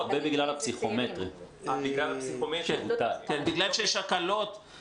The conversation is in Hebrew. הרבה בגלל הפסיכומטרי --- בגלל שיש הקלות בתהליך אז ההרשמה עלתה.